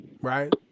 right